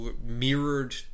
mirrored